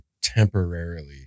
temporarily